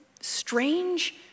strange